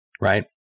right